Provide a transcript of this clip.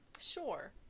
Sure